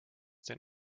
den